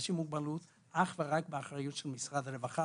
באנשים עם מוגבלות אך ורק באחריות של משרד הרווחה,